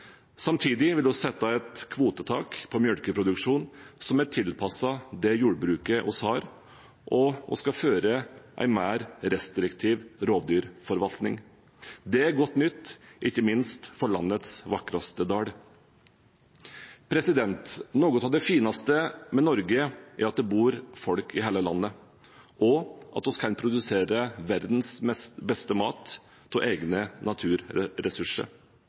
Samtidig vil vi sette et kvotetak på melkeproduksjon som er tilpasset det jordbruket vi har, og vi skal føre en mer restriktiv rovdyrforvaltning. Det er godt nytt, ikke minst for landets vakreste dal. Noe av det fineste med Norge, er at det bor folk i hele landet, og at vi kan produsere verdens beste mat av egne naturressurser.